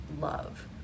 love